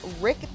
Rick